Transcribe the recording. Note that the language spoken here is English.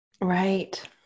Right